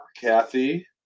kathy